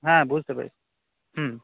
হ্যাঁ বুঝতে পেরেছি হুম